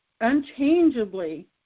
unchangeably